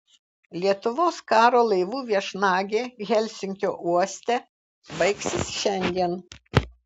lietuvos karo laivų viešnagė helsinkio uoste baigsis šiandien